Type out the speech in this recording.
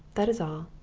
that is all!